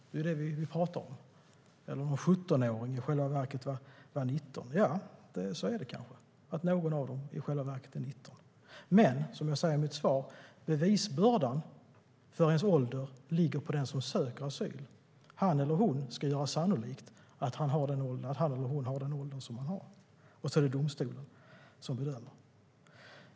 Det är det vi pratar om. Ja, det är kanske så att någon av dem i själva verket är 19. Men som jag säger i mitt svar ligger bevisbördan på den som söker asyl beträffande åldern. Han eller hon ska göra sannolikt att han eller hon har den ålder som han eller hon uppgett. Sedan är det domstolen som bedömer.